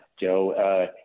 Joe